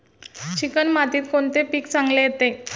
Chicken मातीत कोणते पीक चांगले येते?